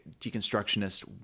deconstructionist